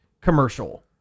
commercial